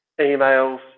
emails